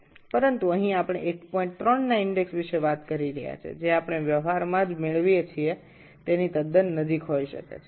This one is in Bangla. তবে এখানে আমরা ১৩ এর একটি সূচক সম্পর্কে কথা বলছি যা আমরা বাস্তবে যা পাই তার খুব কাছাকাছি